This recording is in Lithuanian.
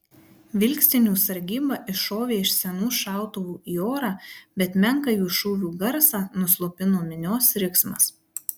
vilkstinių sargyba iššovė iš senų šautuvų į orą bet menką jų šūvių garsą nuslopino minios riksmas